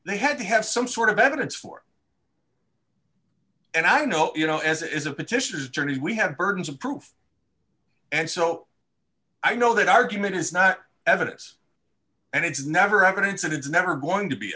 they had to have some sort of evidence for and i know you know as is a petitioners journeys we have burdens of proof and so i know that argument is not evidence and it's never evidence and it's never going to be